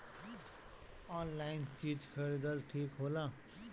Online चीज खरीदल ठिक होला?